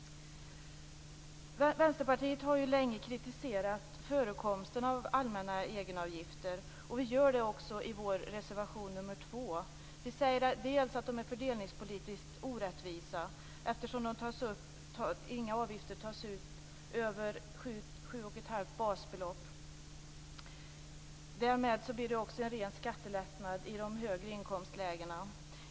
Vänsterpartiet har länge kritiserat förekomsten av allmänna egenavgifter. Vi gör det också i vår reservation 2. Vi säger att de är fördelningspolitiskt orättvisa eftersom inga avgifter tas ut över sju och ett halvt basbelopp. Därmed blir det en ren skattelättnad i de högre inkomstlägena.